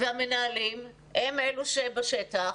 המנהלים הם אלה שבשטח,